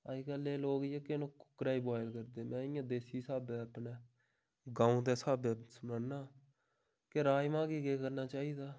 अज्जकल दे लोक जेह्के न ओह् कुकरै च बुआयल करदे में इ'यां देसी स्हाबै अपने गाव दे स्हाबै सनाना कि राज़मा गी केह् करना चाहिदा